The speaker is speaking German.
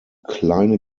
kleine